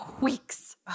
weeks